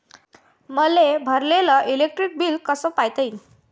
मले भरलेल electric bill कस पायता येईन?